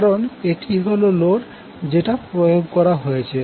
কারন এটি হল লোড যেটা প্রয়োগ করা হয়েছে